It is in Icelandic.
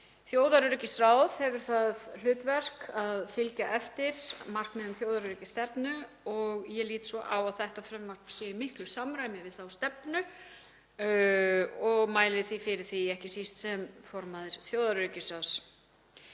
Þjóðaröryggisráð hefur það hlutverk að fylgja eftir markmiðum þjóðaröryggisstefnu og ég lít svo á að þetta frumvarp sé í miklu samræmi við þá stefnu og mæli því fyrir málinu, ekki síst sem formaður þjóðaröryggisráðs.